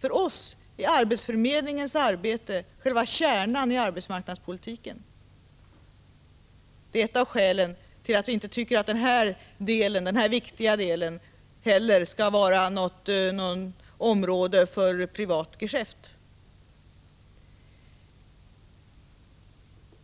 För oss är arbetsförmedlingens arbete själva kärnan i arbetsmarknadspolitiken. Det är ett av skälen till att vi inte tycker att denna viktiga del heller skall vara något område för privat geschäft.